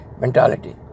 mentality